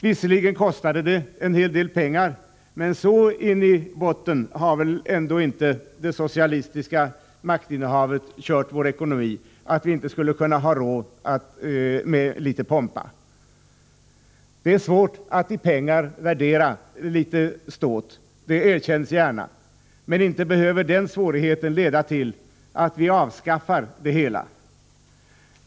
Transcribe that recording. Visserligen kostade det en hel del pengar, men så i botten har väl ändå inte de socialistiska maktinnehavarna kört vår ekonomi att vi inte skulle ha råd med litet pompa. Det är svårt att i pengar värdera litet ståt, det erkännes gärna, men inte behöver den svårigheten leda till att vi avskaffar det hela.